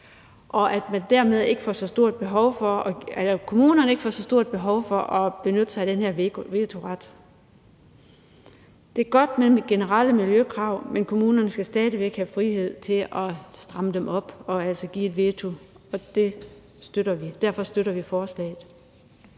så kommunerne dermed ikke får så stort behov for at benytte sig af den her vetoret. Det er godt med generelle miljøkrav, men kommunerne skal stadig væk have frihed til at stramme dem op og altså nedlægge veto, og derfor støtter vi forslaget.